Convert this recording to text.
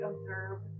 observe